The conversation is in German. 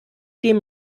dem